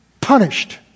punished